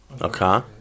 Okay